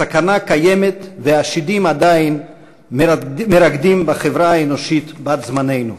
הסכנה קיימת והשדים עדיין מרקדים בחברה האנושית בת זמננו.